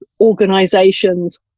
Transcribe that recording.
organizations